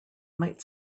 might